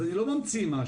אז אני לא ממציא משהו.